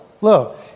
Look